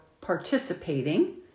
participating